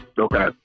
Okay